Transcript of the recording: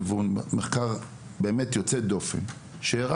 למחקר יוצא דופן שערך בנק ישראל בכיתות מב״ר,